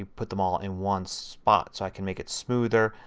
put them all in one spot. so i can make it smoother.